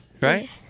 right